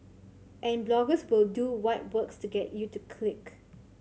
and bloggers will do what works to get you to click